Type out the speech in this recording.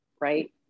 right